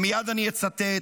ומייד אני אצטט,